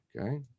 Okay